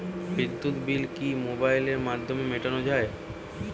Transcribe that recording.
বিদ্যুৎ বিল কি মোবাইলের মাধ্যমে মেটানো য়ায়?